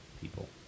people